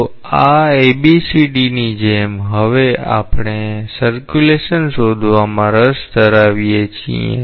તો આ A B C D ની જેમ હવે આપણે પરિભ્રમણ શોધવામાં રસ ધરાવીએ છીએ